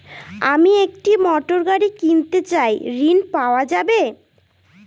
আমি একটি মোটরগাড়ি কিনতে চাই ঝণ পাওয়া যাবে?